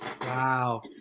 Wow